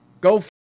Go